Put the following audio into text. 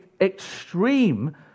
extreme